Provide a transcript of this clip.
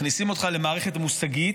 מכניסים אותך למערכת מושגית,